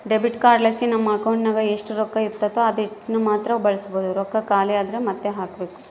debit ಕಾರ್ಡ್ಲಾಸಿ ನಮ್ ಅಕೌಂಟಿನಾಗ ಎಷ್ಟು ರೊಕ್ಕ ಇರ್ತತೋ ಅದೀಟನ್ನಮಾತ್ರ ಬಳಸ್ಬೋದು, ರೊಕ್ಕ ಖಾಲಿ ಆದ್ರ ಮಾತ್ತೆ ಹಾಕ್ಬಕು